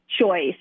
choice